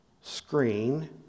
screen